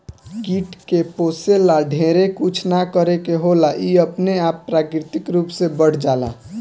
कीट के पोसे ला ढेरे कुछ ना करे के होला इ अपने आप प्राकृतिक रूप से बढ़ जाला